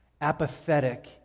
apathetic